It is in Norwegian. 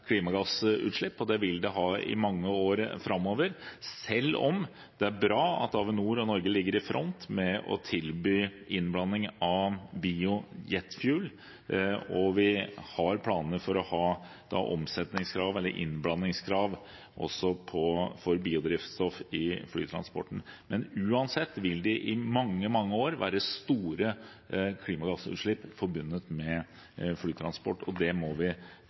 klimagassutslipp, og det vil den ha i mange år framover, selv om det er bra at Avinor og Norge ligger i front når det gjelder å tilby innblanding av «bio-jet fuel», og vi har planer for å ha omsetningskrav eller innblandingskrav også for biodrivstoff i flytransporten. Men uansett vil det i mange, mange år være store klimagassutslipp forbundet med flytransport, og det må vi